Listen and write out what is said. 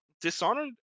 Dishonored